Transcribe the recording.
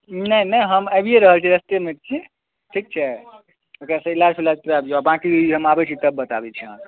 नहि नहि हम आबिए रहल छी रास्तेमे छी ठीक छै एक़रासँ इलाज फिलाज करा दिऔ बाक़ी हम आबै छी तब बताबै छी अहाँके